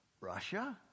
Russia